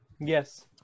yes